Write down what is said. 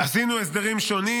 עשינו הסדרים שונים,